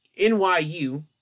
NYU